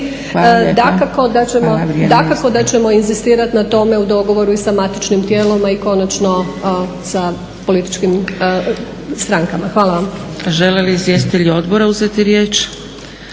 učinkovitosti. Dakako da ćemo inzistirati na tome u dogovoru i sa matičnim tijelima i konačno sa političkim strankama. Hvala vam. **Zgrebec, Dragica